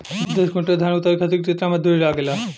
दस क्विंटल धान उतारे खातिर कितना मजदूरी लगे ला?